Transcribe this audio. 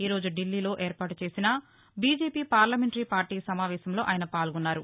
ఈ రోజు ఢిల్లీలో ఏర్పాటు చేసిన బీజేపీ పార్లమెంటరీ పార్లీ సమావేశంలో ఆయస పాల్గొన్నారు